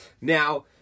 Now